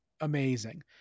Amazing